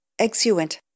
Exuent